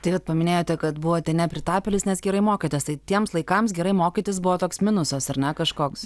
tai vat paminėjote kad buvote nepritapėlis nes gerai mokėtės tai tiems laikams gerai mokytis buvo toks minusas ar ne kažkoks